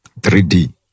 3D